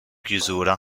chiusura